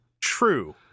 true